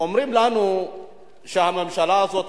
אומרים לנו שהממשלה הזאת,